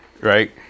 right